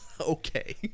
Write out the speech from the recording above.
okay